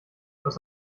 was